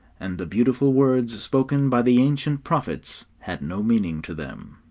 and the beautiful words spoken by the ancient prophets had no meaning to them.